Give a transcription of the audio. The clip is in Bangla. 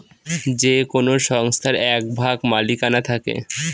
যে কোনো সংস্থার এক ভাগ মালিকানা থাকে